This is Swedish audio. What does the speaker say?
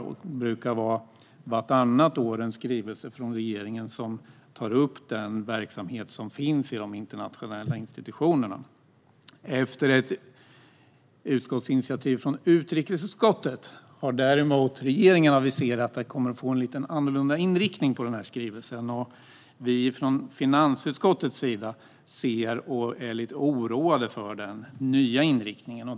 Det brukar vartannat år komma en skrivelse från regeringen som tar upp verksamheten vid de internationella institutionerna. Efter ett utskottsinitiativ från utrikesutskottet har dock regeringen aviserat att det kommer att bli en lite annorlunda inriktning på den här skrivelsen. Vi från finansutskottets sida är lite oroade över den nya inriktningen.